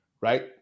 right